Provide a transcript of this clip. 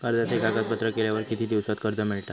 कर्जाचे कागदपत्र केल्यावर किती दिवसात कर्ज मिळता?